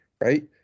right